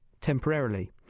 temporarily